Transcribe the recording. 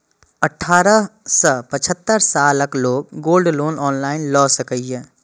अठारह सं पचहत्तर सालक लोग गोल्ड लोन ऑनलाइन लए सकैए